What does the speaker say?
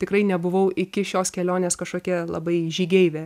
tikrai nebuvau iki šios kelionės kažkokia labai žygeivė